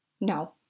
No